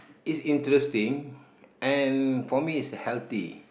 it's interesting and for me it's healthy